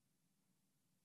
%.